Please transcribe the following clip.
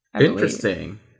Interesting